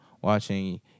watching